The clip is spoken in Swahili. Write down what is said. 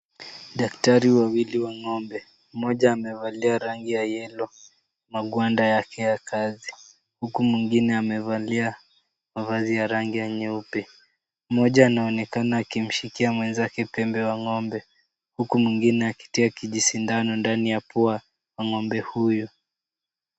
Daktari wawili wa ng'ombe. Mmoja amevalia rangi ya yellow magwanda yake ya kazi huku mwingine amevalia mavazi ya rangi ya nyeupe. Mmoja anaonekana akimshikia mwenzake pembe wa ng'ombe huku mwingine akitia kijisindano ndani ya pua wa ng'ombe huyu.